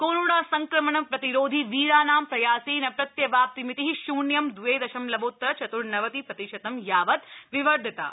corona संक्रमण प्रतिरोधी वीराणां प्रयासेन प्रत्यवाप्तिमिति शून्यं द वे दशमलवोतर चत्र्नवति प्रतिशतं यावत् विवर्धिता